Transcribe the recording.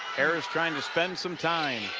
harris trying to spend some time